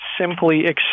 simply